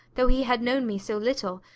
though he had known me so little,